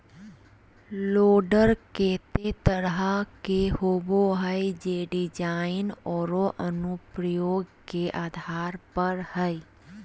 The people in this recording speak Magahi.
लोडर केते तरह के होबो हइ, जे डिज़ाइन औरो अनुप्रयोग के आधार पर हइ